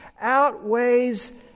outweighs